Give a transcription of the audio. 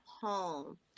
home